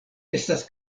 estas